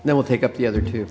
they will take up the other two